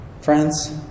Friends